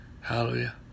hallelujah